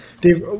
Dave